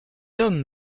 d’homme